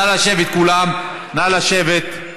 נא לשבת, כולם, נא לשבת.